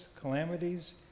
calamities